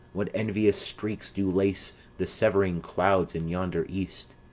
what envious streaks do lace the severing clouds in yonder east.